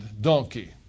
donkey